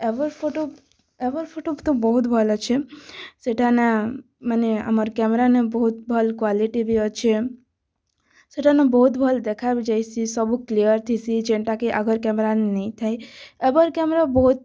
ever photo ever photo ତ ବହୁତ୍ ଭଲ୍ ଅଛେ ସେଟା ନା ମାନେ ଆମର୍ କ୍ୟାମେରା ନା ବହୁତ୍ ଭଲ୍ କ୍ୱାଲିଟି ବି ଅଛେ ସେଟା ନା ବହୁତ୍ ଭଲ୍ ଦେଖା ବି ଯାଏସି ସବୁ କ୍ଲିୟର୍ ଥିସି ଯେନ୍ଟା କି ଆଗ୍ରୁ କ୍ୟାମେରାଥି ନେଇ ଥାଇ ଏଭର୍ କ୍ୟାମେରା ଏ ବହୁତ୍